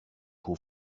who